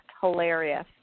hilarious